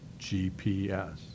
GPS